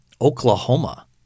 Oklahoma